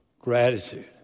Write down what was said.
gratitude